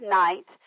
night